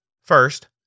First